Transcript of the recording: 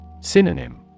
Synonym